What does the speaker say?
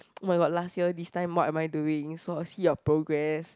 oh-my-god last year this time what am I doing so I see your progress